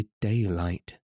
daylight